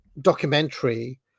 documentary